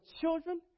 children